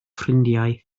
ffrindiau